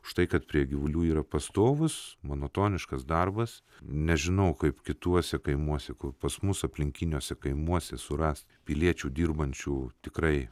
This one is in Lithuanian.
už tai kad prie gyvulių yra pastovus monotoniškas darbas nežinau kaip kituose kaimuose kur pas mus aplinkiniuose kaimuose surast piliečių dirbančių tikrai